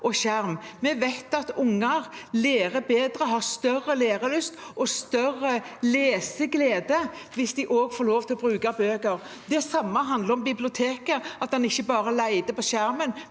bedre og har større lærelyst og leseglede hvis de også får lov til å bruke bøker. Det samme handler om biblioteket – at en ikke bare leter på skjermen,